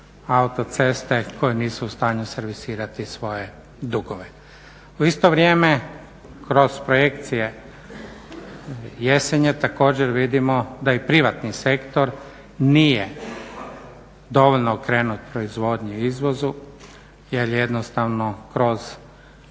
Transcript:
autoceste koje nisu u stanju servisirati svoje dugove. U isto vrijeme kroz projekcije jesenje također vidimo da i privatni sektor nije dovoljno okrenut proizvodnji i izvozu jer jednostavno kroz